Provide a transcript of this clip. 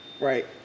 right